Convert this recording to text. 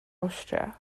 awstria